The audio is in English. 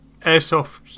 Airsoft